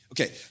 Okay